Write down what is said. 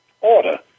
order